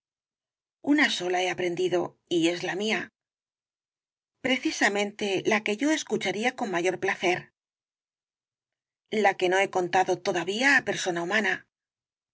una sola he aprendido y es la mía precisamente la que yo escucharía con mayor placer la que no he contado todavía á persona humana